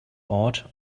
ort